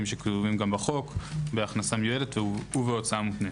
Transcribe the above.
שכתובים גם בחוק בהכנסה מיועדת ובהוצאה מותנית.